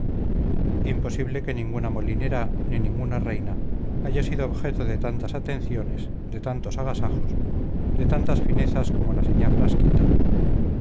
imposible que ninguna molinera ni ninguna reina haya sido objeto de tantas atenciones de tantos agasajos de tantas finezas como la señá frasquita